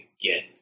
get